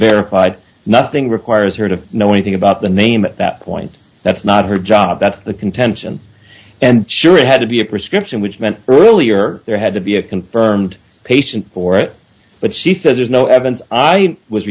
verified nothing requires her to know anything about the name at that point that's not her job that's the contention and sure it had to be a prescription which meant earlier there had to be a confirmed patient for it but she says there's no evidence i was